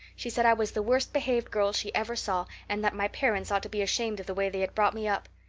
she said i was the worst-behaved girl she ever saw and that my parents ought to be ashamed of the way they had brought me up.